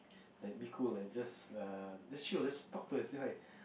like be cool like just err just chill just talk to her and say hi